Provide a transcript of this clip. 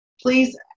Please